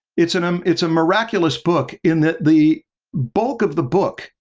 it's and um it's a miraculous book in that the bulk of the book